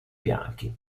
bianchi